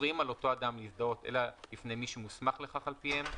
אסורים על אותו אדם להזדהות אלא לפני מי שמוסמך לכך על פיהם,